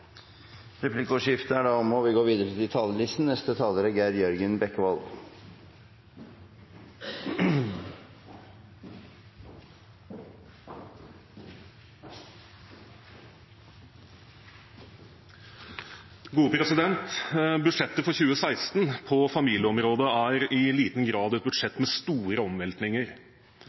Replikkordskiftet er omme. Budsjettet for 2016 på familieområdet er i liten grad et